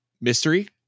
mystery